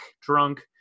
drunk